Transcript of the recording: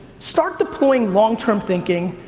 start deploying long-term thinking.